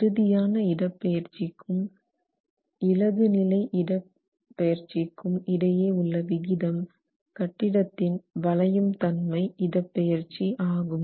இறுதியான இடப்பெயர்ச்சிக்கும் இளகு நிலை இடப்பெயர்ச்சிக்கும் இடையே உள்ள விகிதம் கட்டிடத்தின் வளையும் தன்மை இடப்பெயர்ச்சி ஆகும்